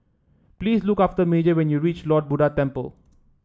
please look after Major when you reach Lord Buddha Temple